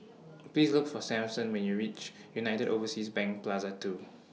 Please Look For Samson when YOU REACH United Overseas Bank Plaza two